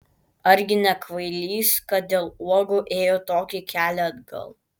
argi ne kvailys kad dėl uogų ėjo tokį kelią atgal